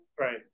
Right